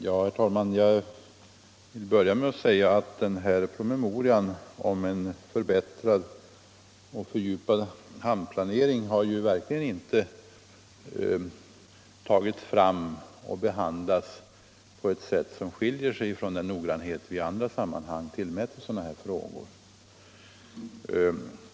Herr talman! Jag vill börja med att säga att promemorian om en förbättrad och fördjupad hamnplanering har ju verkligen inte tagits fram och behandlats på ett mindre noggrant sätt än det som vi tillämpar i andra sådana här frågor.